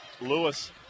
lewis